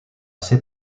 ses